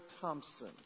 Thompson